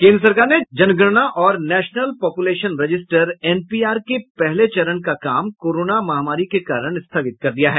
केन्द्र सरकार ने जनगणना और नेशनल पॉपुलेशन रजिस्टर एनपीआर के पहले चरण का काम कोरोना महामारी के कारण स्थगित कर दिया है